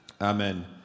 Amen